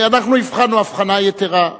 ואנחנו הבחנו הבחנה יתירה: